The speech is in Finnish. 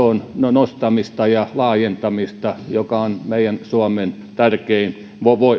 nostamista ja laajentamista joka on meidän suomen tärkein